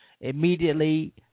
immediately